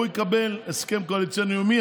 הוא יקבל הסכם קואליציוני יומי,